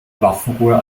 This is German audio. waffenruhe